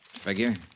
Figure